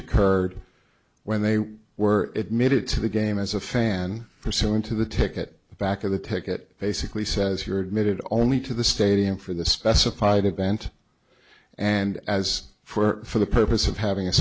occurred when they were admitted to the game as a fan pursuant to the ticket the back of the ticket basically says you're admitted only to the stadium for the specified event and as for the purpose of having a